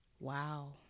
Wow